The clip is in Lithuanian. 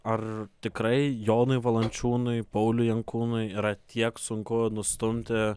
ar tikrai jonui valančiūnui pauliui jankūnui yra tiek sunku nustumti